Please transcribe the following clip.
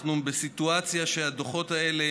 אנחנו בסיטואציה שהדוחות האלה